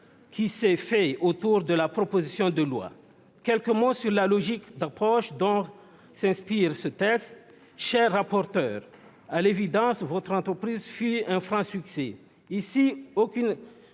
qui s'est fait autour de la proposition de loi. Quelques mots sur la logique d'approche dont s'inspire ce texte : monsieur le rapporteur, à l'évidence, votre entreprise fut un franc succès.